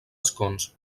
escons